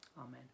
Amen